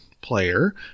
player